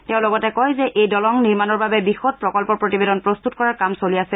তেওঁ লগতে কয় যে এই দলং নিৰ্মাণৰ বাবে বিশদ প্ৰকল্প প্ৰতিবেদন প্ৰস্তত কৰাৰ কাম চলি আছে